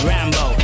Rambo